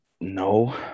No